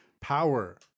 power